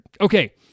Okay